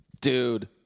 dude